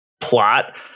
plot